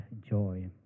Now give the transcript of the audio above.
joy